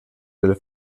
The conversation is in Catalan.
del